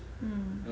mm